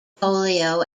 polio